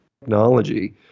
technology